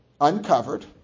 uncovered